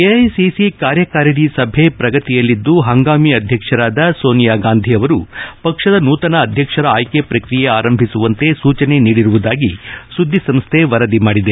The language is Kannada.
ಎಐಸಿಸಿ ಕಾರ್ಯಕಾರಿಣಿ ಸಭೆ ಪ್ರಗತಿಯಲ್ಲಿದ್ದು ಹಂಗಾಮಿ ಅಧ್ಯಕ್ಷರಾದ ಸೋನಿಯಾ ಗಾಂಧಿ ಅವರು ಪಕ್ಷದ ನೂತನ ಅಧ್ಯಕ್ಷರ ಆಯ್ಕೆ ಪ್ರಕ್ರಿಯೆ ಆರಂಭಿಸುವಂತೆ ಸೂಚನೆ ನೀಡಿರುವುದಾಗಿ ಸುದ್ದಿ ಸಂಸ್ಥೆ ವರದಿ ಮಾಡಿದೆ